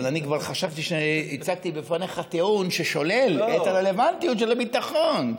אבל אני כבר חשבתי שהצגתי בפניך טיעון ששולל את הרלוונטיות של הביטחון,